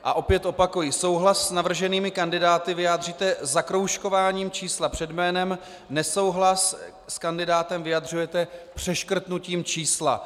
A opět opakuji: Souhlas s navrženými kandidáty vyjádříte zakroužkováním čísla před jménem, nesouhlas s kandidátem vyjadřujete přeškrtnutím čísla.